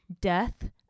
death